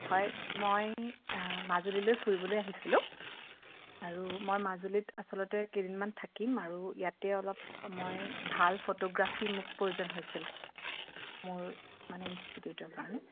হয় মই মাজুলীলৈ ফুৰিবলৈ আহিছিলোঁ আৰু মই মাজুলীত আচলতে কেইদিনমান থাকিম আৰু ইয়াতে অলপ মই ভাল ফটোগ্ৰাফী মোক প্ৰয়োজন হৈছিল মোৰ মানে ইনষ্টিটিউটৰ কাৰণে